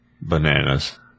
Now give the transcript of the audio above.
bananas